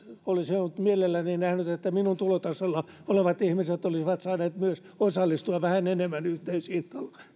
olisin mielelläni nähnyt että minun tulotasolla olevat ihmiset olisivat myös saaneet osallistua vähän enemmän yhteisiin